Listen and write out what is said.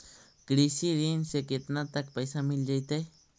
कृषि ऋण से केतना तक पैसा मिल जइतै?